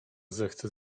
zechce